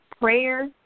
prayer